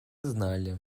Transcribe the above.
знали